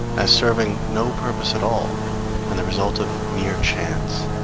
as serving no purpose at all and the result of mere chance.